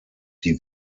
die